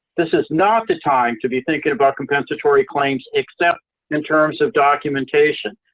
this is not the time to be thinking about compensatory claims except in terms of documentation.